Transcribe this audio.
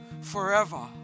forever